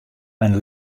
men